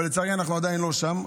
אבל לצערי אנחנו עדיין לא שם,